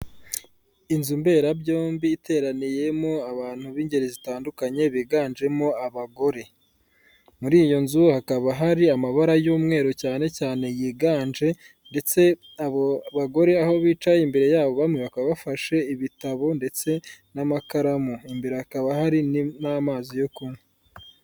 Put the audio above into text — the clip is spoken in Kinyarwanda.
Inzu mberabyombi iteraniyemo abantu b'ingeri zitandukanye biganjemo abagore, muri iyo nzu hakaba hari amabara y'umweru cyane cyane yiganje, ndetse abo bagore aho bicaye imbere yabo bamwe bakaba bafashe ibitabo ndetse n'amakaramu, imbere hakaba hari n'amazi yo kunywa.